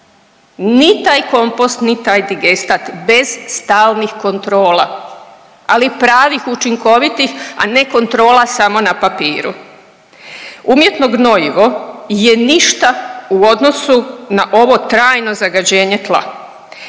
ni taj kompost, ni taj digestat bez stalnih kontrola, ali pravih učinkovitih, a ne kontrola samo na papiru. Umjetno gnojivo je ništa u odnosu na ovo trajno zagađenje tla